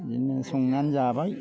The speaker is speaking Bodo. बिदिनो संनानै जाबाय